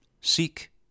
seek